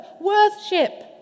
worship